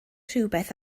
rhywbeth